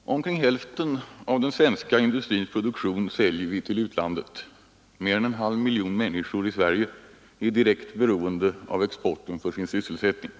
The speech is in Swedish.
Herr talman! Omkring hälften av den svenska industrins produktion säljer vi till utlandet. Mer än en halv miljon människor i Sverige är direkt beroende av exporten för sin sysselsättning.